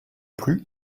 plus